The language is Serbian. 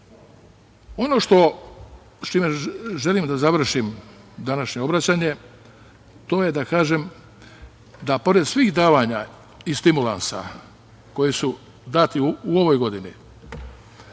sa čime želim da završim današnje obraćanje to je da kažem da, pored svih davanja i stimulansa koji su dati u ovoj godini,